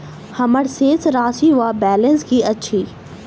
हम्मर शेष राशि वा बैलेंस की अछि?